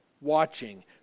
watching